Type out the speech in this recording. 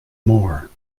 more